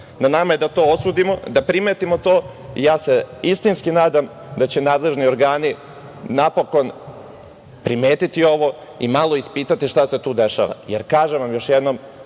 nama je da to osudimo, da primetimo to. Istinski se ja nadam da će nadležni organi, napokon primeti ovo i malo ispitati šta se tu dešava.